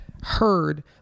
heard